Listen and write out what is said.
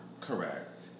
Correct